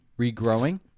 regrowing